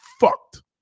fucked